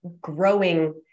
growing